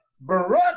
brother